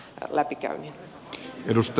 arvoisa herra puhemies